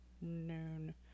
Noon